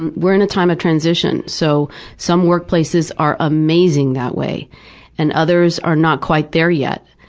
and we're in a time of transition, so some workplaces are amazing that way and others are not quite there yet.